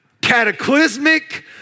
cataclysmic